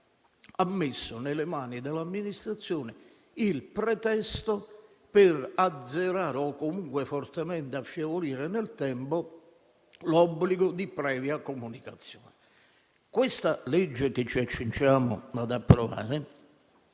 ha messo nelle mani dell'amministrazione il pretesto per azzerare o comunque fortemente affievolire nel tempo l'obbligo di previa comunicazione. Il provvedimento che ci accingiamo ad approvare